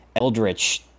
eldritch